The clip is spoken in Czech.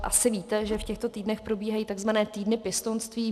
Asi víte, že v těchto týdnech probíhají tzv. týdny pěstounství.